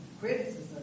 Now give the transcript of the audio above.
criticism